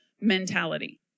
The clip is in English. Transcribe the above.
mentality